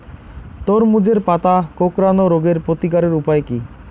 তরমুজের পাতা কোঁকড়ানো রোগের প্রতিকারের উপায় কী?